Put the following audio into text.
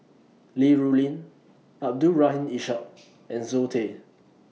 Li Rulin Abdul Rahim Ishak and Zoe Tay